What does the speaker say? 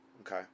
okay